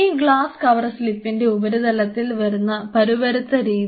ഈ glass cover സ്ലിപ്പിന്റെ ഉപരിതലത്തിൽ വരുന്ന പരുപരുത്ത രീതി